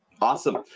Awesome